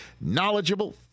knowledgeable